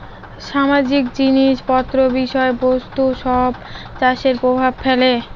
সামাজিক জিনিস পত্র বিষয় বস্তু সব চাষে প্রভাব ফেলে